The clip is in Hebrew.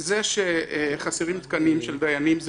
זה שחסרים תקנים של דיינים,